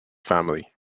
family